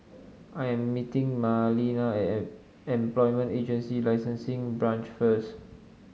I am meeting Marlena at Employment Agency Licensing Branch first